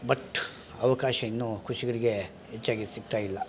but ಅವಕಾಶ ಇನ್ನು ಕೃಷಿಕರಿಗೆ ಹೆಚ್ಚಾಗಿ ಸಿಗ್ತಾಯಿಲ್ಲ